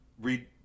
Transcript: read